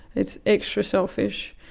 it's extra selfish.